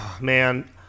man